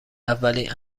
اولین